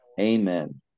Amen